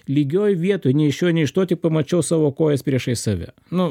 lygioj vietoj nei iš šio nei iš to tik pamačiau savo kojas priešais save nu